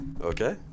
Okay